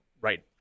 right